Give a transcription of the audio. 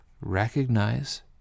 recognize